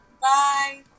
bye